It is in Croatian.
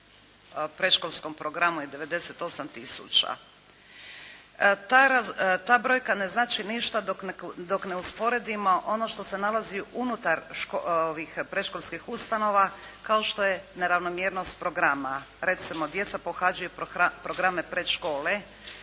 predškolskom programu je 98 tisuća. Ta brojka ne znači ništa dok ne usporedimo ono što se nalazi unutar predškolskih ustanova, kao što je neravnomjernost programa. Recimo, djeca pohađaju programe predškole